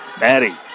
Maddie